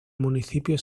municipio